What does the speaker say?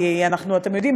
כי אתם יודעים,